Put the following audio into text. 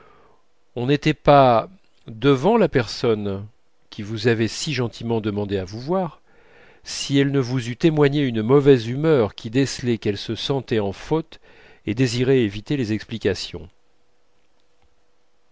on n'était pas devant la personne qui vous avait si gentiment demandé à vous voir si elle ne vous eût témoigné une mauvaise humeur qui décelait qu'elle se sentait en faute et désirait éviter les explications